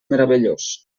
meravellós